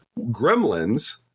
Gremlins